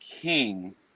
king